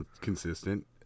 consistent